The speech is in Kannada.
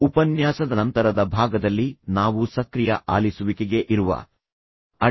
ಉಪನ್ಯಾಸದ ನಂತರದ ಭಾಗದಲ್ಲಿ ನಾವು ಸಕ್ರಿಯ ಆಲಿಸುವಿಕೆಗೆ ಇರುವ ಅಡೆತಡೆಗಳ ಮೇಲೆ ಹೆಚ್ಚು ಗಮನ ಹರಿಸಿದೆವು